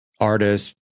artists